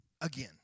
again